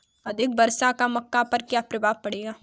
अधिक वर्षा का मक्का पर क्या प्रभाव पड़ेगा?